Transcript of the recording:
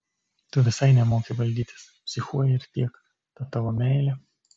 tu visai nemoki valdytis psichuoji ir tiek ta tavo meilė